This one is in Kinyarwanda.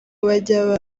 bajya